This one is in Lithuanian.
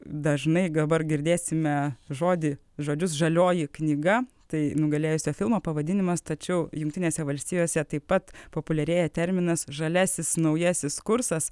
dažnai gabar girdėsime žodį žodžius žalioji knyga tai nugalėjusio filmo pavadinimas tačiau jungtinėse valstijose taip pat populiarėja terminas žaliasis naujasis kursas